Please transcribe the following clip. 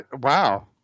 Wow